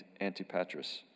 Antipatris